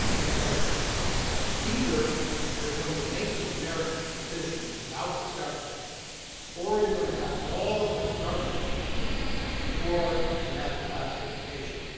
because either they're going to make these merits decisions without discovery or you're going to have all of the discovery before you have the class certification.